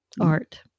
art